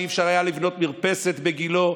כשלא היה אפשר לבנות מרפסת בגילה,